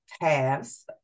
paths